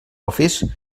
office